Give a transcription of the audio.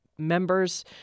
members